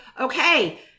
Okay